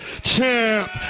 Champ